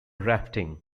rafting